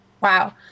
Wow